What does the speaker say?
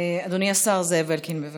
אדוני השר זאב אלקין, בבקשה.